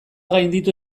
gainditu